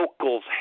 locals